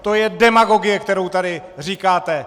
To je demagogie, kterou tady říkáte!